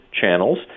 channels